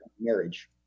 marriage